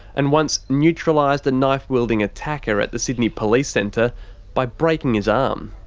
and once neutralised a knife-wielding attacker at the sydney police centre by breaking his um